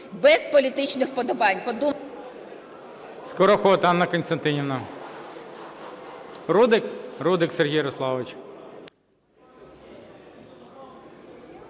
Без політичних вподобань…